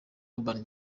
urban